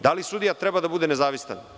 Da li sudija treba da bude nezavistan?